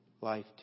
life